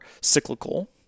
cyclical